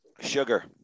Sugar